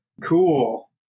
Cool